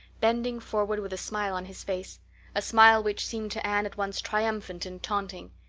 bending forward with a smile on his face a smile which seemed to anne at once triumphant and taunting.